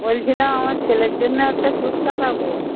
বলছিলাম আমার ছেলের জন্য একটা স্যুট কাটাবো